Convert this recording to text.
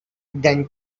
than